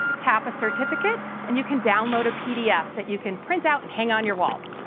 tap a certificate and you can download a pdf that you can print out and hang on your wall.